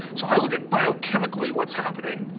so i look at biochemically what's happening,